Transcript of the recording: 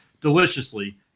deliciously